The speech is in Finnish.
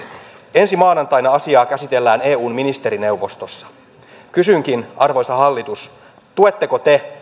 ensi maanantaina asiaa käsitellään eun ministerineuvostossa kysynkin arvoisa hallitus tuetteko te